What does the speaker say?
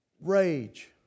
Rage